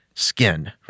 skin